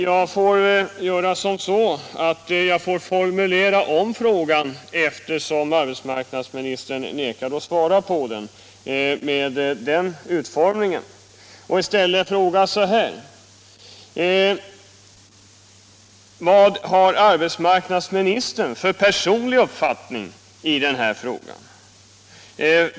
Jag får formulera om frågan och i stället säga så här, eftersom arbetsmarknadsministern nekar att svara på frågan i dess ursprungliga form: Vad har arbetsmarknadsministern för personlig uppfattning i detta fall?